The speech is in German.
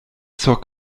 zur